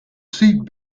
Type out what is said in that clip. seat